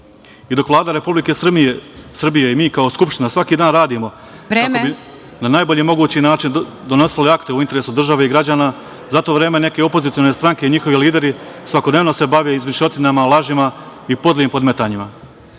dok Vlada Republike Srbije i mi kao Skupština svaki dan radimo…(Predsedavajuća: Vreme.)…kako bi na najbolji način donosili akte u interesu države i građana, za to vreme neke opozicione stranke i njihovi lideri svakodnevno se bave izmišljotinama, lažima i podlim podmetanjima.